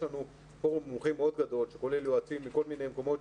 יש לנו פורום מומחים מאוד גדול שכולל יועצים מכל מיני מקומות.